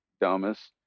dumbest